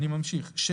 (7)